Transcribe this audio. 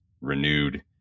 renewed